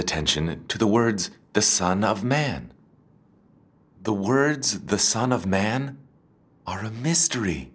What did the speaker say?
attention to the words the son of man the words the son of man are a mystery